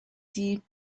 deep